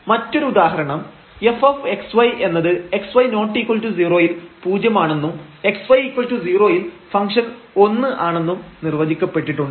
മറ്റൊരു ഉദാഹരണം f xy എന്നത് xy≠0 യിൽ പൂജ്യം ആണെന്നും xy0 യിൽ ഫംഗ്ഷൻ ഒന്ന് ആണെന്നും നിർവചിക്കപ്പെട്ടിട്ടുണ്ട്